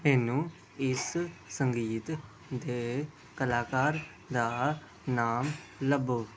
ਮੈਨੂੰ ਇਸ ਸੰਗੀਤ ਦੇ ਕਲਾਕਾਰ ਦਾ ਨਾਮ ਲੱਭੋ